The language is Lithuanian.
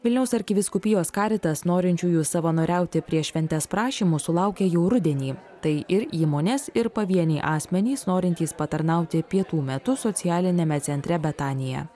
vilniaus arkivyskupijos karitas norinčiųjų savanoriauti prieš šventes prašymų sulaukė jau rudenį tai ir įmonės ir pavieniai asmenys norintys patarnauti pietų metu socialiniame centre betanija